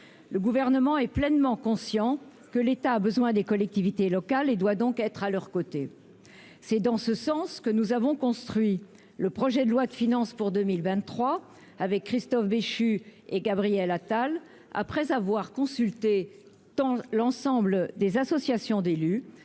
le gouvernement est pleinement conscient que l'État a besoin des collectivités locales et doit donc être à leurs côtés, c'est dans ce sens que nous avons construit le projet de loi de finances pour 2023 avec Christophe Béchu et Gabriel Attal après avoir consulté, tant l'ensemble des associations d'élus